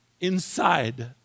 inside